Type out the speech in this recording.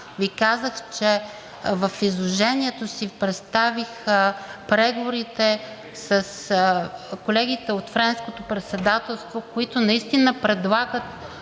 Ви казах, че в изложението си представих преговорите с колегите от Френското председателство, които наистина предлагат